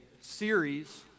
series